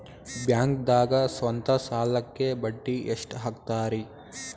ಬ್ಯಾಂಕ್ದಾಗ ಸ್ವಂತ ಸಾಲಕ್ಕೆ ಬಡ್ಡಿ ಎಷ್ಟ್ ಹಕ್ತಾರಿ?